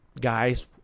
guys